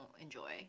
enjoy